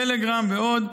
טלגרם ועוד,